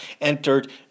entered